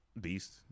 Beast